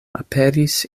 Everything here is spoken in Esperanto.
aperis